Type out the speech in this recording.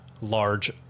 large